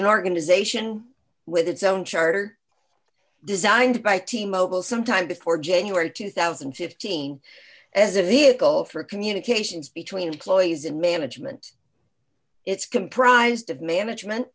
an organization with its own charter designed by t mobile sometime before january two thousand and fifteen as a vehicle for communications between cloisonne management it's comprised of management